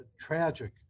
tragic